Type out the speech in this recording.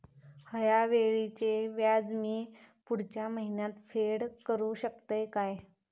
हया वेळीचे व्याज मी पुढच्या महिन्यात फेड करू शकतय काय?